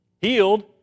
healed